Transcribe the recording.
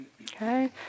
Okay